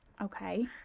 Okay